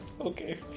Okay